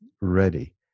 ready